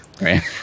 Right